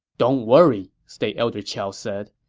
don't worry, state elder qiao said.